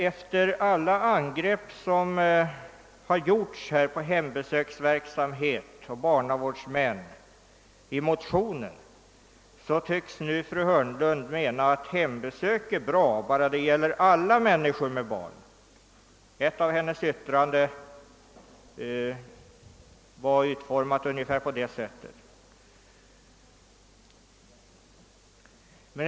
Efter alla angrepp som har gjorts på hembesöksverksamhet och barnavårdsmän i motionen tycks nu fru Hörnlund mena att hembesök är bra bara det gäller alla människor med barn. Ett av hennes yttranden var utformat ungefär på det sättet.